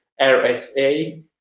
RSA